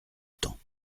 temps